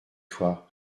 toi